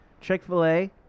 Chick-fil-A